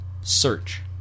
search